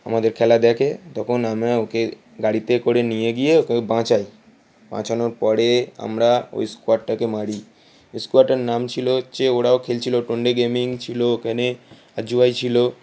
আমাদের খেলা দেকে তখন আমরা ওকে গাড়িতে করে নিয়ে গিয়ে ওকে বাঁচাই বাঁচানোর পরে আমরা ওই স্কোয়াডটাকে মারি ওই স্কোয়াডের নাম ছিলো হচ্ছে ওরাও খেলছিলো টোয়েন্টি গেমিং ছিলো ওখানে আর ছিলো